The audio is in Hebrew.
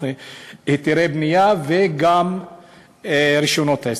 היתרי בנייה וגם רישיונות עסק.